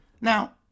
Now